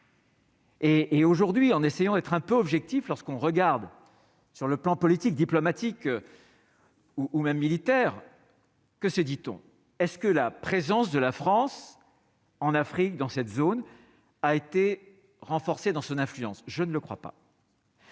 et, aujourd'hui, en essayant d'être un peu objectif lorsqu'on regarde sur le plan politique, diplomatique. Ou même militaire que se dit-on, est ce que la présence de la France en Afrique, dans cette zone a été renforcée dans son influence, je ne le crois pas.